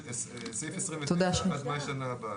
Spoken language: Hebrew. סעיף 29 עד מאי שנה הבאה.